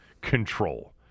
control